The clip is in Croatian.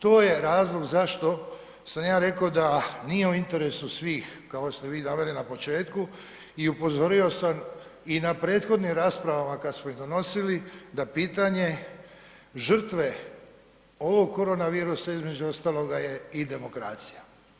To je razlog zašto sam ja rekao da nije u interesu svih kao što ste vi naveli na početku i upozorio sam i na prethodnim raspravama kad smo ih donosili da pitanje žrtve ovog korona virusa između ostaloga je i demokracija.